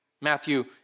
Matthew